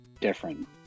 Different